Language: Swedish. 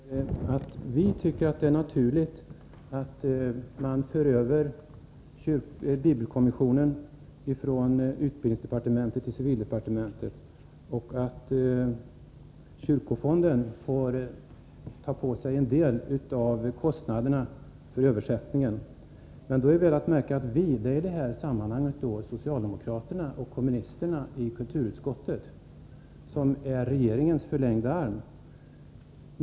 Fru talman! Gunnar Thollander säger att vi tycker att det är naturligt att man för över bibelkommissionen från utbildningsdepartementet till civildepartementet och att kyrkofonden får ta på sig en del av kostnaderna för översättningen. Då är väl att märka att vi i detta sammanhang är socialdemokraterna och kommunisterna i kulturutskottet, som är regeringens förlängda arm.